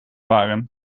waren